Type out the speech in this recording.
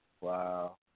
Wow